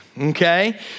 okay